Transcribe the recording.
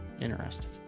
Interesting